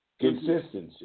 consistency